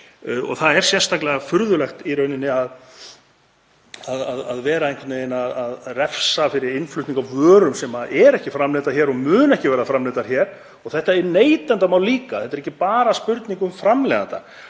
Það er sérstaklega furðulegt í rauninni að vera einhvern veginn að refsa fyrir innflutning á vörum sem ekki eru framleiddar hér og munu ekki verða framleiddar hér. Þetta er líka neytendamál. Þetta er ekki bara spurning um framleiðanda.